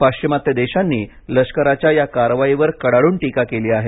पाश्विमात्य देशांनी लष्कराच्या या कारवाईवर कडाडून टिका केली आहे